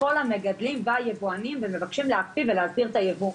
כל המגדלים והיבואנים ומבקשים להקפיא ולהסיר את הייבוא.